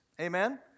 Amen